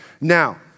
now